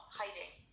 hiding